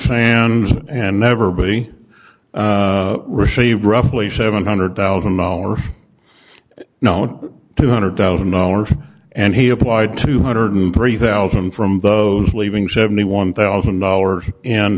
sands and never being received roughly seven hundred thousand dollars known two hundred thousand dollars and he applied two hundred and three thousand from those leaving seventy one thousand dollars in